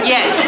Yes